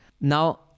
Now